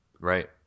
Right